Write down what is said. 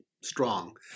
strong